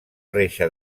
reixa